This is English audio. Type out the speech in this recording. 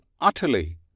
utterly